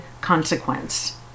consequence